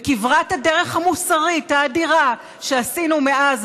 וכברת הדרך המוסרית האדירה שעשינו מאז,